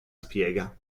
spiega